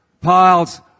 Piles